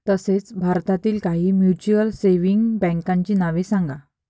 तसेच भारतातील काही म्युच्युअल सेव्हिंग बँकांची नावे सांगा